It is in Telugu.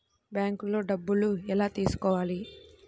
బ్యాంక్లో డబ్బులు ఎలా తీసుకోవాలి?